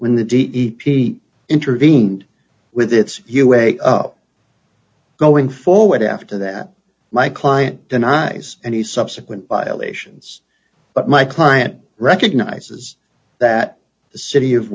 when the d e p t intervened with it's us going forward after that my client denies any subsequent violations but my client recognizes that the city of